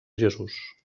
jesús